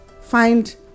find